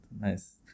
Nice